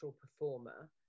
performer